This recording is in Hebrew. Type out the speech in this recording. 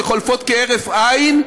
שחולפות כהרף עין,